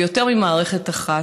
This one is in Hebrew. ויותר ממערכת אחת,